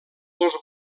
dos